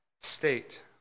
state